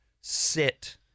sit